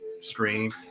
stream